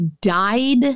died